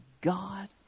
God